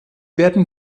werden